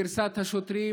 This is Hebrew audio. גרסת השוטרים,